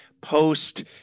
post